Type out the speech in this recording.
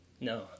No